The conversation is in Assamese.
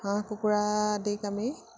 হাঁহ কুকুৰা আদিক আমি